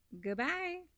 goodbye